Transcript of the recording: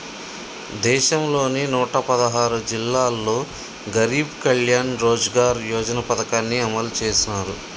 దేశంలోని నూట పదహారు జిల్లాల్లో గరీబ్ కళ్యాణ్ రోజ్గార్ యోజన పథకాన్ని అమలు చేసినారు